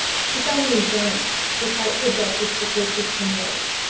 she found the endurance to fight for justice for close to ten years.